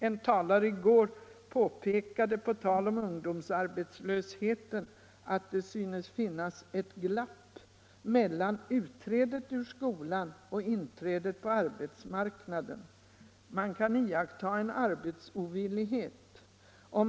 En talare i går påpekade på tal om ungdomsarbetslösheten att det synes finnas ett glapp mellan utträdet ur skolan och inträdet på arbetsmarknaden. Man kan iaktta en arbetsovillighet.